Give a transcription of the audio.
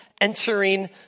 entering